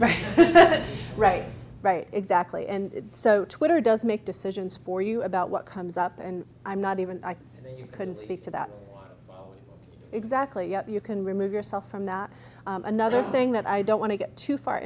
right right right exactly and so twitter does make decisions for you about what comes up and i'm not even i couldn't speak to that exactly yet you can remove yourself from that another thing that i don't want to get too far